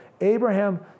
Abraham